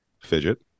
fidget